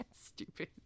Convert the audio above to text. Stupid